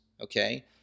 okay